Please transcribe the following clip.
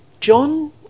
John